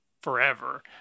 forever